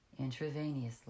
intravenously